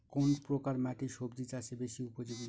কোন প্রকার মাটি সবজি চাষে বেশি উপযোগী?